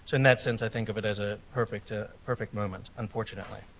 and that sense i think of it as a perfect ah perfect moment, unfortunately.